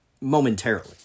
momentarily